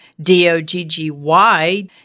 D-O-G-G-Y